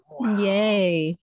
Yay